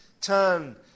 turn